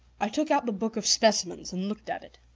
i took out the book of specimens and looked at it.